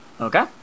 Okay